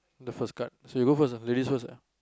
the first card so you go first ah ladies first ah